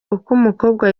umukobwa